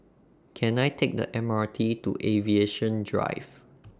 Can I Take The M R T to Aviation Drive